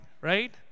right